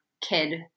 kid